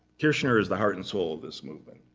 kirchner is the heart and soul of this movement.